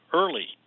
early